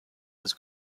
was